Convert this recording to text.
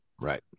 Right